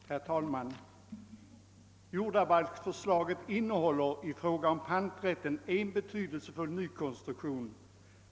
Herr talman! Jordabalksförslaget innehåller i fråga om panträtten en betydelsefull nykonstruktion.